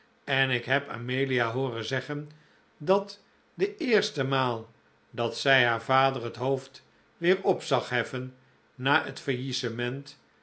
en ik heb amelia hooren zeggen dat de eerste maal dat zij haar vader het hoofd weer op zag heffen na het faillissement